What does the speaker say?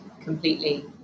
completely